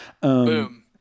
Boom